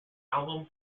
album